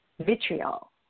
vitriol